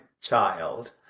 child